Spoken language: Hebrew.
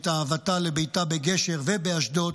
את אהבתה לביתה בגשר ובאשדות.